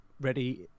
ready